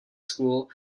school